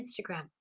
instagram